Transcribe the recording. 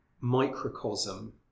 microcosm